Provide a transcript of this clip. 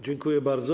Dziękuję bardzo.